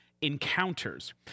Encounters